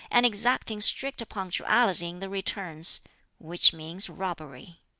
and exacting strict punctuality in the returns which means robbery.